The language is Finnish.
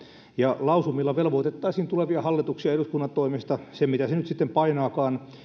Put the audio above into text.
ja lausumilla velvoitettaisiin tulevia hallituksia eduskunnan toimesta mitä se nyt sitten painaakaan